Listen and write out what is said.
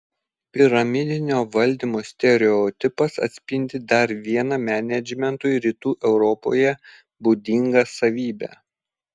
piramidinio valdymo stereotipas atspindi dar vieną menedžmentui rytų europoje būdingą savybę